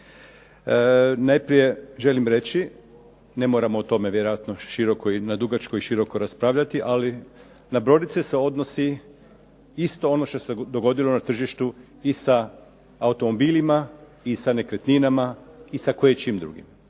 Najprije želim reći, ne moramo o tome vjerojatno široko i na dugačko i široko raspravljati. Ali na brodice se odnosi isto ono što se dogodilo na tržištu i sa automobilima i sa nekretninama i sa koječim drugim.